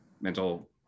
mental